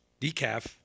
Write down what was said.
decaf